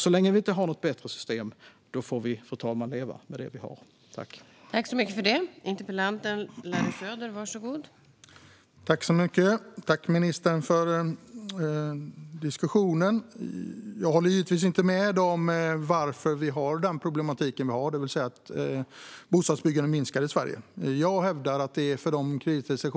Så länge vi inte har något bättre system får vi leva med det vi har, fru ålderspresident.